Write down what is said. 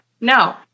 no